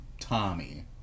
Tommy